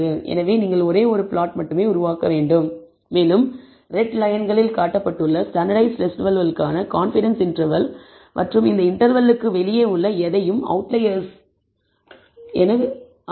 எனவே நீங்கள் ஒரே ஒரு பிளாட் மட்டுமே உருவாக்க வேண்டும் மேலும் ரெட் லயன் களில் காட்டப்பட்டுள்ள ஸ்டாண்டர்ட்டைஸ்ட் ரெஸிடுவல்களுக்கான கான்பிடன்ஸ் இன்டர்வெல் மற்றும் இந்த இன்டர்வெல்லுக்கு வெளியே உள்ள எதையும் அவுட்லயர்ஸ் ஐ குறிக்கிறது